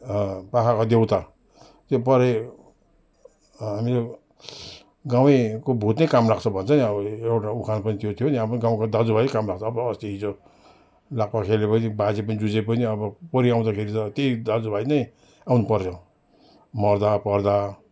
पाखाको देउता त्यो परे मेरो गाउँको भुत नै काम लाग्छ भन्छ नि अब एउ एउटा उखान पनि त्यो थियो नि आफ्नो गाउँको दाजु भाइ काम लाग्छ हो अस्ति हिजो लाप्पा खेले पनि बाजे पनि जुझे पनि अब परी आउँदाखेरि त त्यही दाजु भाइ नै आउनु पऱ्यो मर्दा पर्दा